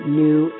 new